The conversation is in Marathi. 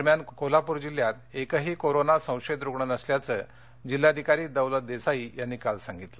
दरम्यान कोल्हापूर जिल्ह्यात एकही कोरोना संशयित रुग्ण नसल्याचं जिल्हाधिकारी दौलत देसाई यांनी काल पत्रकार परिषदेत सांगितलं